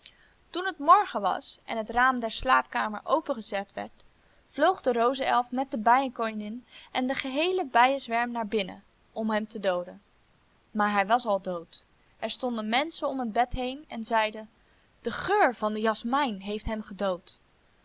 toen het morgen was en het raam der slaapkamer opengezet werd vloog de rozenelf met de bijenkoningin en den geheelen bijenzwerm naar binnen om hem te dooden maar hij was al dood er stonden menschen om het bed heen en zeiden de geur van de jasmijn heeft hem gedood